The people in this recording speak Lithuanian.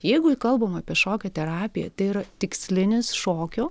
jeigu kalbam apie šokio terapiją tai yra tikslinis šokio